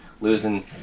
losing